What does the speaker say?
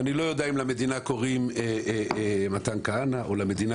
ואני לא יודע אם למדינה קוראים מתן כהנא או למדינה